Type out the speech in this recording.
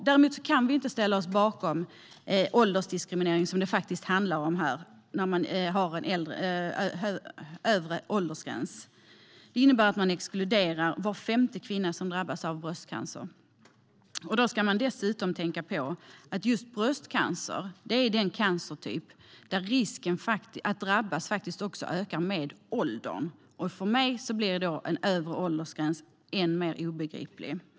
Däremot kan vi inte ställa oss bakom den åldersdiskriminering som det faktiskt handlar om när man har en övre åldersgräns. Det innebär att man exkluderar var femte kvinna som drabbas av bröstcancer. Man ska tänka på att just bröstcancer är en cancertyp där risken att drabbas ökar med åldern. För mig blir då en övre åldersgräns ännu mer obegriplig. Herr talman!